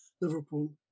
Liverpool